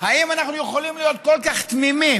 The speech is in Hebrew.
האם אנחנו יכולים להיות כל כך תמימים,